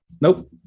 nope